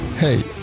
Hey